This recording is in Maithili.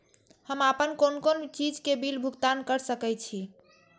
हम आपन कोन कोन चीज के बिल भुगतान कर सके छी?